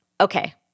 Okay